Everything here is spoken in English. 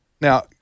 Now